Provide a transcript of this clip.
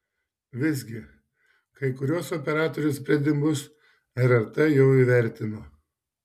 visgi kai kuriuos operatorių sprendimus rrt jau įvertino